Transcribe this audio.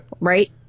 Right